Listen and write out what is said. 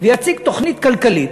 ויציג תוכנית כלכלית,